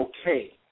okay